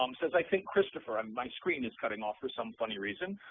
um says, i think, christopher. um my screen is cutting off for some funny reason.